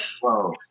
Whoa